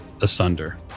asunder